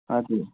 हजुर